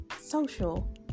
social